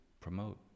promote